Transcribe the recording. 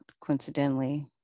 coincidentally